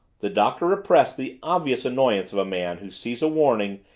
the doctor repressed the obvious annoyance of a man who sees a warning,